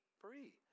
free